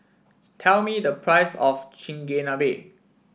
tell me the price of Chigenabe